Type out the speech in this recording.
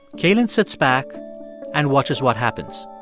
cailin sits back and watches what happens